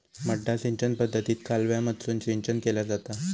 मड्डा सिंचन पद्धतीत कालव्यामधसून सिंचन केला जाता